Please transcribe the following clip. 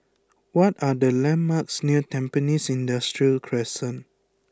what are the landmarks near Tampines Industrial Crescent